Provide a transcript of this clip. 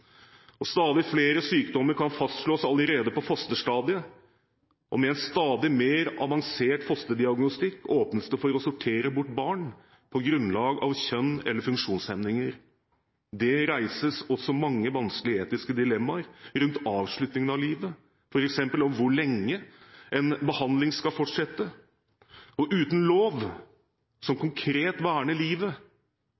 slutt. Stadig flere sykdommer kan fastslås allerede på fosterstadiet, og med en stadig mer avansert fosterdiagnostikk åpnes det for å sortere bort barn på grunnlag av kjønn eller funksjonshemninger. Det reises også mange vanskelig etiske dilemmaer rundt avslutningen av livet, f.eks. om hvor lenge en behandling skal fortsette. Uten lov som